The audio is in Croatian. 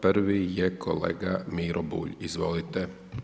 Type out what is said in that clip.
Prvi je kolega Miro Bulj, izvolite.